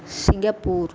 Singapore